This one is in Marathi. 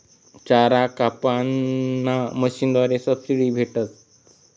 चारा कापाना मशीनवर सबशीडी भेटस